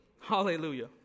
Hallelujah